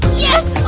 yes.